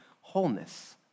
wholeness